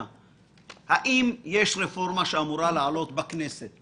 האם יש רפורמה שאמורה להעלות בכנסת,